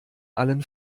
allen